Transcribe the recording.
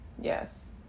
Yes